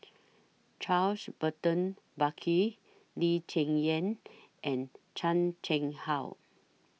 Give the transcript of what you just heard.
Charles Burton Buckley Lee Cheng Yan and Chan Chang How